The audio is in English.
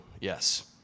Yes